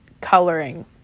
coloring